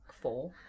four